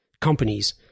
companies